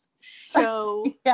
show